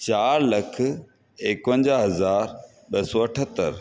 चारि लख एकवंजाहु हज़ार ॿ सौ अठहतरि